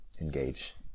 engage